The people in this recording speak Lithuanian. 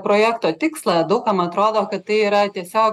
projekto tikslą daug kam atrodo kad tai yra tiesiog